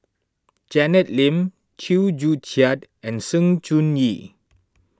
Janet Lim Chew Joo Chiat and Sng Choon Yee